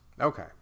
Okay